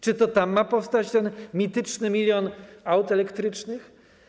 Czy to tam ma powstać ten mityczny milion aut elektrycznych?